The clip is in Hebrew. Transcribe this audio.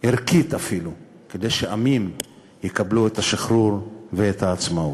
ערכית אפילו, שעמים יקבלו את השחרור ואת העצמאות.